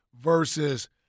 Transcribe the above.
versus